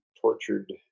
tortured